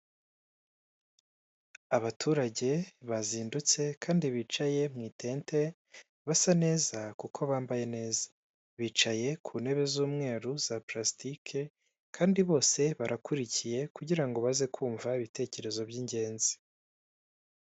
Abaturage bazindutse kandi bicaye mu itente, basa neza kuko bambaye neza, bicaye ku ntebe z'umweru za purasitike, kandi bose barakurikiye kugira ngo baze kumva ibitekerezo by'ingenzi.